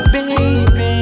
Baby